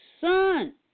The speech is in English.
son